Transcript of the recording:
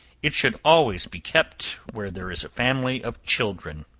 it should always be kept where there is a family of children.